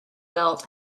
belt